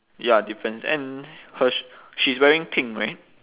ya difference and her s~ she's wearing pink right